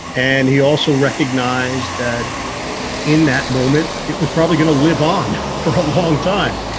and he also recognized that in that moment, it was probably going to live on for a long time.